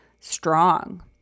strong